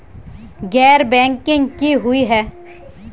गैर बैंकिंग की हुई है?